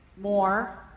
more